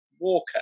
Walker